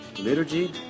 liturgy